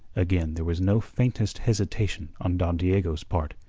again there was no faintest hesitation on don diego's part.